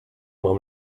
mam